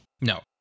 No